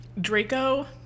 Draco